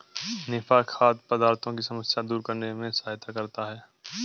निफा खाद्य पदार्थों की समस्या दूर करने में सहायता करता है